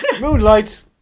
moonlight